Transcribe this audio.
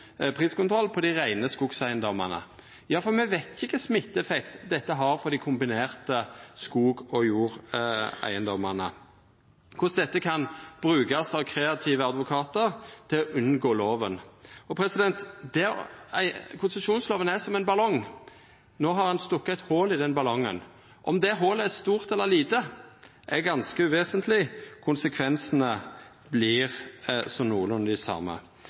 priskontroll på dei reine skogeigedomane. Me veit ikkje kva smitteeffekt dette har for dei kombinerte skog- og jordeigedomane, korleis dette kan brukast av kreative advokatar til å unngå lova. Konsesjonslova er som ein ballong. No har ein stukke eit hòl i den ballongen. Om det hòlet er stort eller lite, er ganske uvesentleg. Konsekvensane vert så nokolunde dei same.